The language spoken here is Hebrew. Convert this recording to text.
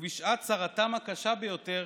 ובשעת צרתם הקשה ביותר